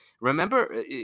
Remember